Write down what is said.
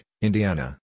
Indiana